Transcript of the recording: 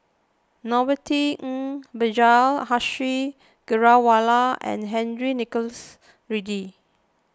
Norothy Ng Vijesh Ashok Ghariwala and Henry Nicholas Ridley